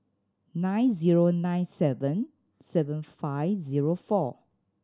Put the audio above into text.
nine zero nine seven seven five zero four